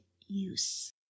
use